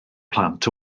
plant